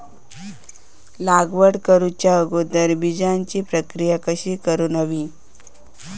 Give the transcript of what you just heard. लागवड करूच्या अगोदर बिजाची प्रकिया कशी करून हवी?